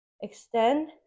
Extend